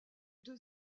deux